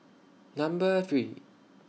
Number three